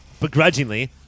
begrudgingly